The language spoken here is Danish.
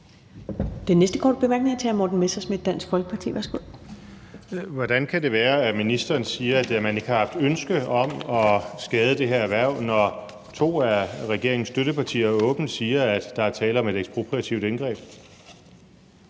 Dansk Folkeparti. Værsgo. Kl. 14:37 Morten Messerschmidt (DF): Hvordan kan det være, at ministeren siger, at man ikke har haft ønske om at skade det her erhverv, når to af regeringens støttepartier åbent siger, at der er tale om et ekspropriativt indgreb?